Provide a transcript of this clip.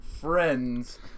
friends